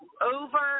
over